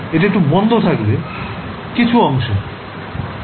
এটা একটু বন্ধ থাকবে কিছু অংশে